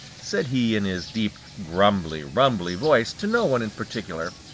said he in his deep grumbly-rumbly voice to no one in particular.